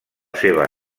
seva